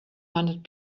hundred